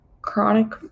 chronic